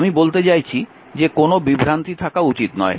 আমি বলতে চাইছি যে কোনও বিভ্রান্তি থাকা উচিত নয়